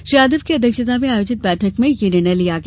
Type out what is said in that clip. श्री यादव की अध्यक्षता में आयोजित बैठक में यह निर्णय लिया गया